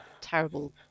terrible